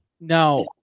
now